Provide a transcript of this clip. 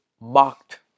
marked